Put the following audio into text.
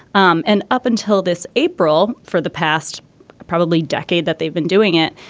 um and up until this april for the past probably decade that they've been doing it.